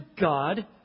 God